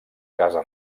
casa